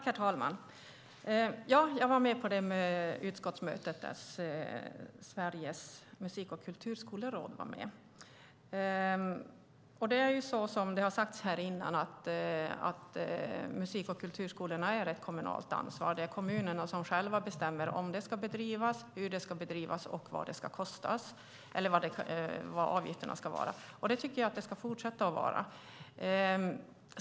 Herr talman! Ja, jag var med på det utskottsmöte där Sveriges Musik och Kulturskoleråd var med. Som har sagts här är musik och kulturskolorna ett kommunalt ansvar. Det är kommunerna som själva bestämmer om de ska bedrivas, hur de ska bedrivas och vad avgifterna ska vara. Det tycker jag att de ska fortsätta att göra.